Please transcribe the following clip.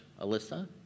Alyssa